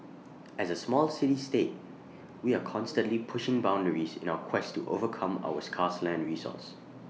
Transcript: as A small city state we are constantly pushing boundaries in our quest to overcome our scarce land resource